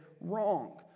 wrong